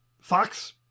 Fox